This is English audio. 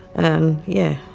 and yeah.